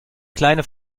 kleine